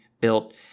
built